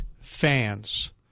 fans